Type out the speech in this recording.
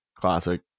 classic